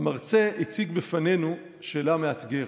המרצה הציג בפנינו שאלה מאתגרת: